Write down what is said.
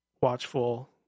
watchful